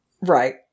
Right